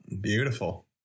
beautiful